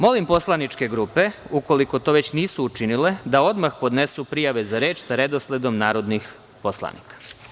Molim poslaničke grupe ukoliko to već nisu učinile da odmah podnesu prijave za reč, sa redosledom narodnih poslanika.